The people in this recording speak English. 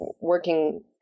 working